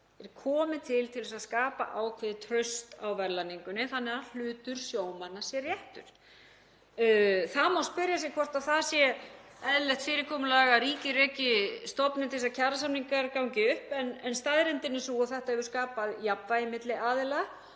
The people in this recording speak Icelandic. er komið til til að skapa ákveðið traust á verðlagningunni þannig að hlutur sjómanna sé réttur. Það má spyrja sig hvort það sé eðlilegt fyrirkomulag að ríkið reki stofnun til þess að kjarasamningar gangi upp. En staðreyndin er sú að þetta hefur skapað jafnvægi milli aðila